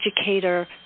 educator